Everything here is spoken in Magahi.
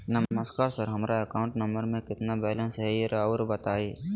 नमस्कार सर हमरा अकाउंट नंबर में कितना बैलेंस हेई राहुर बताई?